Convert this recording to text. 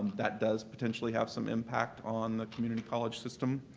that does potentially have some impact on the community college system.